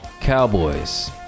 Cowboys